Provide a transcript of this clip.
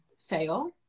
fail